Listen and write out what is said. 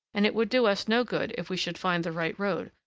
and it would do us no good if we should find the right road,